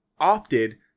opted